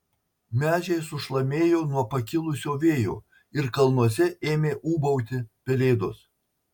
medžiai sušlamėjo nuo pakilusio vėjo ir kalnuose ėmė ūbauti pelėdos